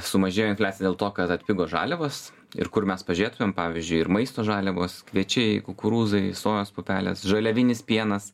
sumažėjo infliacija dėl to kad atpigo žaliavos ir kur mes pažiūrėtumėm pavyzdžiui ir maisto žaliavos kviečiai kukurūzai sojos pupelės žaliavinis pienas